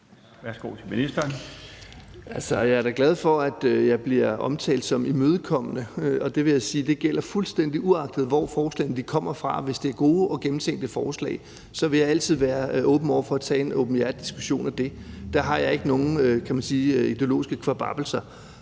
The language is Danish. Jeg er da glad for, at jeg bliver omtalt som imødekommende, og det vil jeg sige gælder fuldstændig, uagtet hvor forslagene kommer fra. Hvis det er gode og gennemtænkte forslag, vil jeg altid være åben over for at tage en åbenhjertig diskussion af dem. Der har jeg ikke nogen ideologiske kvababbelser.